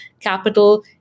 capital